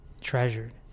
treasured